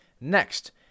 Next